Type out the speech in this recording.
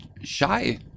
shy